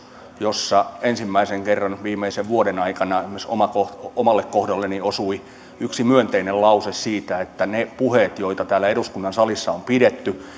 jossa ensimmäisen kerran viimeisen vuoden aikana esimerkiksi omalle kohdalleni osui yksi myönteinen lause kun niissä puheissa joita täällä eduskunnan salissa on pidetty